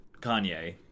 kanye